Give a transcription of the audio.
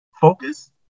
focus